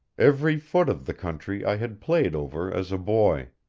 every foot of the country i had played over as a boy.